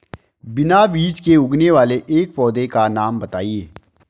बिना बीज के उगने वाले एक पौधे का नाम बताइए